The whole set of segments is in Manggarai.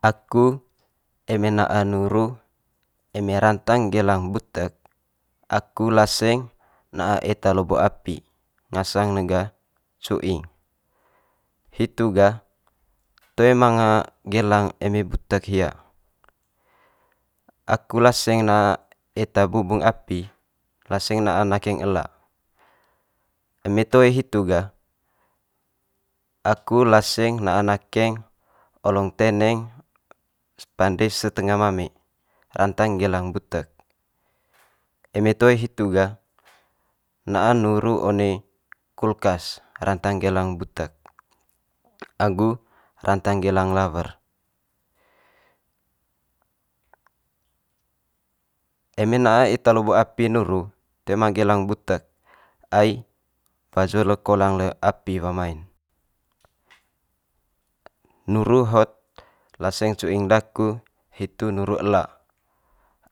aku eme na'a nuru eme rantang gelang butek aku laseng na'a eta lobo api, ngasang ne ga cuing. Hitu gah toe manga gelang em butek hia, aku laseng ne eta bubung api laseng na'a nakeng ela. Eme toe hitu gah aku laseng na'a nakeng olong teneng pande setenga mame rantang gelang butek. Eme toe hitu gah na'a nuru one kulkas rantang gelang butek agu rantang gelang lawer. Eme na'a eta lobo api nuru toe ma gelang butek ai wajul kolang le api wa mai'n. Nuru hot laseng cuing daku hitu nuru ela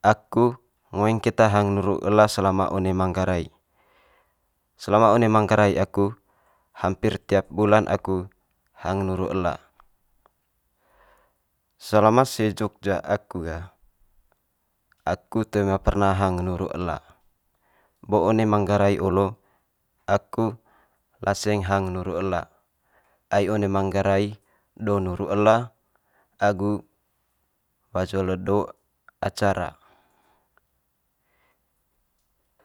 aku ngoeng keta hang nuru ela selama one manggarai. Selama one manggarai aku hampir tiap bulan aku hang nuru ela, selama se jogja aku gah aku toe ma perna hang nuru ela, bo one manggarai olo aku laseng hang nuru ela ai one manggarai do nuru ela agu wajol le do acara.